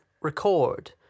record